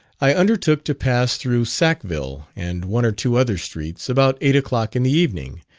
i undertook to pass through sackville and one or two other streets, about eight o'clock in the evening,